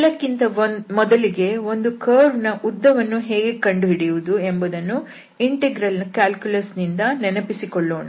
ಎಲ್ಲಕ್ಕಿಂತ ಮೊದಲಿಗೆ ಒಂದು ಕರ್ವ್ನ ಉದ್ದ ವನ್ನು ಹೇಗೆ ಕಂಡುಹಿಡಿಯುವುದು ಎಂಬುದನ್ನು ಇಂಟೆಗ್ರಲ್ ಕ್ಯಾಲ್ಕುಲಸ್ ನಿಂದ ನೆನಪಿಸಿಕೊಳ್ಳೋಣ